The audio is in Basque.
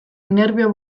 nerbio